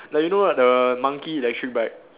like you know right the monkey electric bike